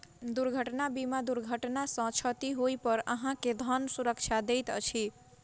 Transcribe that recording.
दुर्घटना बीमा दुर्घटना सॅ क्षति होइ पर अहाँ के धन सुरक्षा दैत अछि